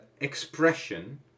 Expression